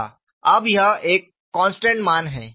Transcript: अब यह एक कांस्टेंट मान है